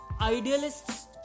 idealists